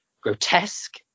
grotesque